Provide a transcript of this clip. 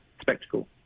spectacle